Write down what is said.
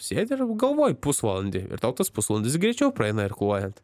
sėdi ir galvoji pusvalandį ir tau tas pusvalandis greičiau praeina irkluojant